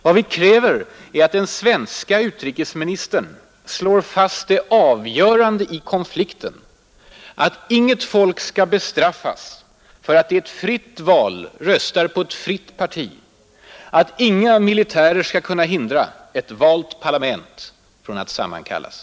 Vad vi kräver är att den svenske utrikesministern slår fast det avgörande i konflikten: att inget folk skall bestraffas för att det i ett fritt val röstar på ett fritt parti, att inga militärer skall kunna hindra ett valt parlament från att sammankallas.